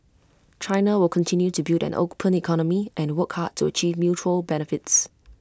China will continue to build an open economy and work hard to achieve mutual benefits